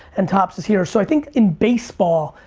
and topps is here. so i think in baseball,